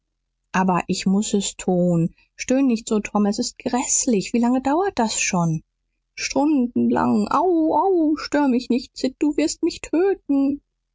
aber ich muß es tun stöhn nicht so tom es ist gräßlich wie lange dauert das schon stundenlang au au stör mich nicht sid du wirst mich töten